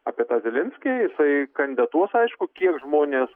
apie tą zelenskį jisai kandidatuos aišku kiek žmonės